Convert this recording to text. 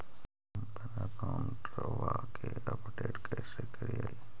हमपन अकाउंट वा के अपडेट कैसै करिअई?